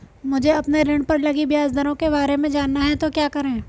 मुझे अपने ऋण पर लगी ब्याज दरों के बारे में जानना है तो क्या करें?